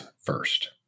first